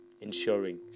ensuring